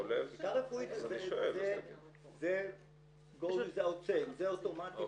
בדיקה רפואית זה הפורמט.